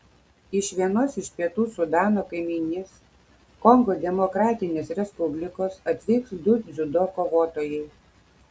iš vienos iš pietų sudano kaimynės kongo demokratinės respublikos atvyks du dziudo kovotojai